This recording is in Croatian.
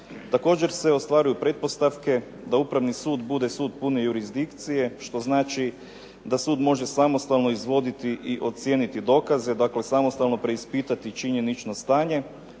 Također se ostvaruju pretpostavke da Upravni sud bude sud pune jurisdikcije, što znači da sud može samostalno izvoditi i ocijeniti dokaze, dakle samostalno preispitati činjenično stanje,